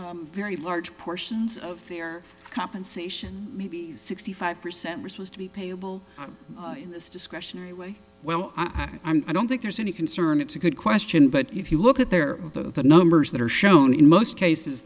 the very large portions of their compensation maybe sixty five percent were supposed to be payable in this discretionary way well i'm i don't think there's any concern it's a good question but if you look at their the numbers that are shown in most cases